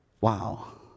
Wow